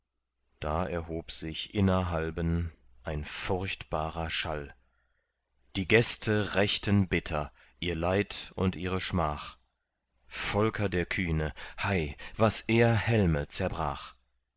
da hob sich innerhalben ein furchtbarer schall die gäste rächten bitter ihr leid und ihre schmach volker der kühne hei was er helme zerbrach